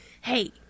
Hey